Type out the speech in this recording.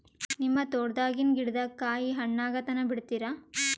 ನಿಮ್ಮ ತೋಟದಾಗಿನ್ ಗಿಡದಾಗ ಕಾಯಿ ಹಣ್ಣಾಗ ತನಾ ಬಿಡತೀರ?